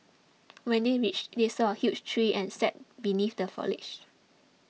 when they reached they saw a huge tree and sat beneath the foliage